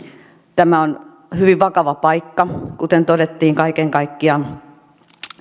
tämä on hyvin vakava paikka kuten todettiin kaiken kaikkiaan